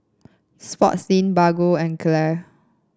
Sportslink Bargo and Gelare